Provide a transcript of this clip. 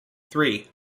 three